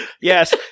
Yes